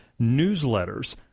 newsletters